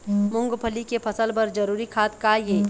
मूंगफली के फसल बर जरूरी खाद का ये?